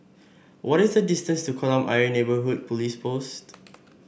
what is the distance to Kolam Ayer Neighbourhood Police Post